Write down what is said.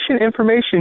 information